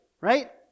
right